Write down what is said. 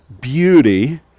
beauty